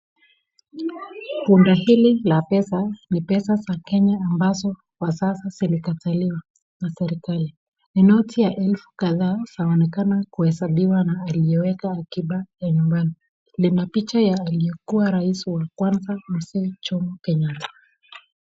Bunda hili la pesa, ni pesa za Kenya ambazo kwa sasa zilikataliwa na serikali. Ni noti ya elfu kadhaa zaonekana kuhesabiwa na aliweka akiba ya nyumbani. Lina picha ya aliyekua rais wa kwanza, Mzee Jomo Kenyatta.